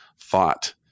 thought